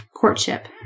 courtship